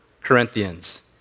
Corinthians